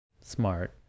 smart